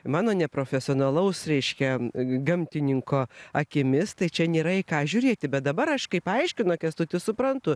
mano neprofesionalaus reiškia gamtininko akimis tai čia nėra į ką žiūrėti bet dabar aš kai paaiškino kęstutis suprantu